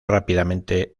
rápidamente